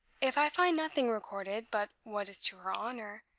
if i find nothing recorded but what is to her honor,